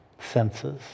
senses